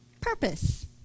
purpose